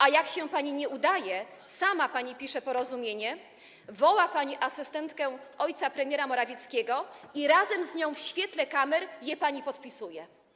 A jak się pani to nie udaje, sama pani pisze tekst porozumienia, woła pani asystentkę ojca premiera Morawieckiego i razem z nią w świetle kamer je pani podpisuje.